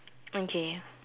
okay